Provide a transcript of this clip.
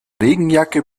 regenjacke